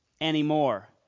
anymore